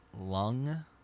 lung